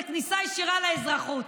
זה כניסה ישירה לאזרחות.